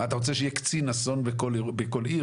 מה אתה רוצה שיהיה קצין אסון בכל עיר?